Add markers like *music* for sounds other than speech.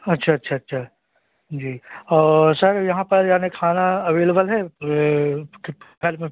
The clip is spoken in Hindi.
अच्छा अच्छा अच्छा जी और सर यहाँ पर यानी खाना अवलेबल है वह *unintelligible* में